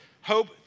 hope